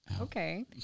okay